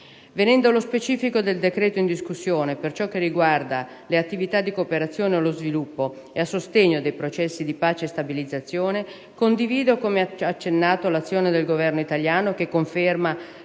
Venendo allo specifico del decreto in discussione, per ciò che riguarda le attività di cooperazione allo sviluppo e a sostegno dei processi di pace e di stabilizzazione, condivido, come accennato, l'azione del Governo italiano, che conferma